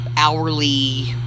Hourly